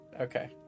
Okay